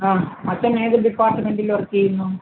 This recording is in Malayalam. ആ അച്ഛനേത് ഡിപ്പാർട്ട്മെൻറ്റിൽ വർക്ക് ചെയ്യുന്നു